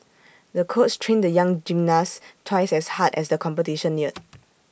the coach trained the young gymnast twice as hard as the competition neared